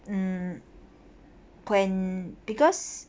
mm when because